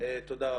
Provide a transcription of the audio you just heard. תודה רבה.